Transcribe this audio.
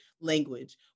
language